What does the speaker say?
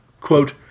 Quote